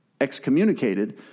excommunicated